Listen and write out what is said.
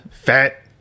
fat